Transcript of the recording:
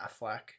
affleck